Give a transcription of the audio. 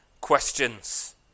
questions